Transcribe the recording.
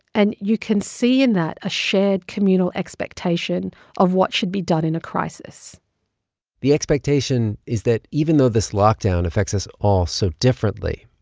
and you can see in that a shared communal expectation of what should be done in a crisis the expectation is that even though this lockdown affects us all so differently,